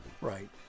Right